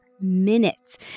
minutes